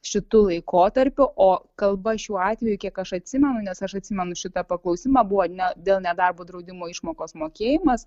šitu laikotarpiu o kalba šiuo atveju kiek aš atsimenu nes aš atsimenu šitą paklausimą buvo ne dėl nedarbo draudimo išmokos mokėjimas